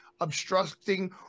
obstructing